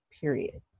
Period